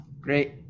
great